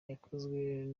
yakozweho